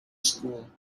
school